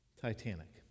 titanic